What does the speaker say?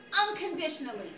unconditionally